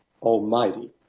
Almighty